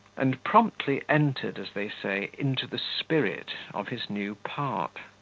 and promptly entered, as they say, into the spirit of his new part.